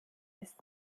ist